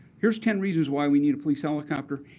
here's ten reasons why we need a police helicopter.